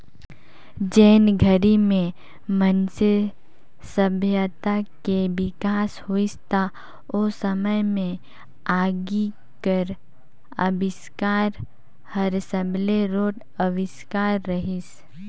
जेन घरी में मइनसे सभ्यता के बिकास होइस त ओ समे में आगी कर अबिस्कार हर सबले रोंट अविस्कार रहीस